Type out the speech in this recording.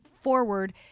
forward